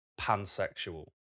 pansexual